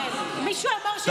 כן, מישהו אמר שאין לך שכל?